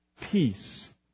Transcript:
peace